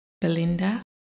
Belinda